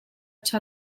ṭha